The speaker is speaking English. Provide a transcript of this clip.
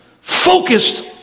focused